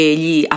gli